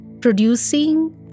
Producing